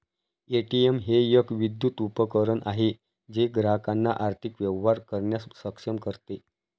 ATM हे एक विद्युत उपकरण आहे जे ग्राहकांना आर्थिक व्यवहार करण्यास सक्षम करते